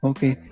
Okay